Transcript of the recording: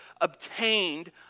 obtained